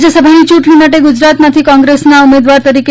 રાજ્યસભાની યૂંટણી માટે ગુજરાતમાંથી કોંગ્રેસેના ઉમેદવાર તરીકે